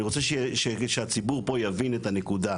אני רוצה שהציבור פה יבין את הנקודה.